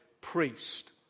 priest